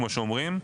כמו שאומרים,